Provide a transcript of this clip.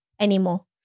Anymore